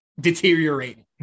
deteriorating